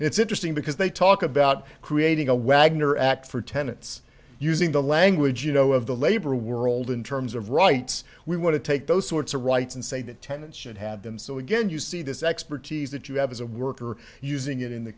it's interesting because they talk about creating a wagner act for tenants using the language you know of the labor world in terms of rights we want to take those sorts of rights and say that tenants should have them so again you see this expertise that you have as a worker using it in the